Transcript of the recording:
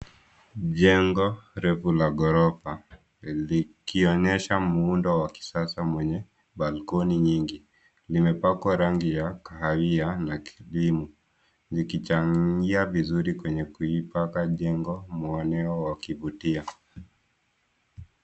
Jengo refu la kisasa likionyesha muundo wa kisasa mwenye balkoni nyingi. Vimepakwa rangi ya kahawia na kirimu vichangia vizuri kwa kuipa jengo mueneo wa kuvutia.